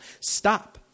stop